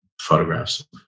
photographs